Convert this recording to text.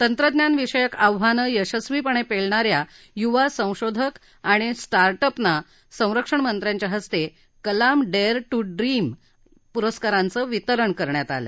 तंत्रज्ञानाविषयक आव्हानं यशस्वीपणे पेलणा या युवा संशोधक आणि स्टार्टअप ना संरक्षणमंत्र्यांच्या हस्ते कलाम डेअर टू ड्रीम पुरस्कारांचं वितरण करण्यात आलं